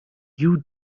you